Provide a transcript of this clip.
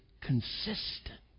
consistent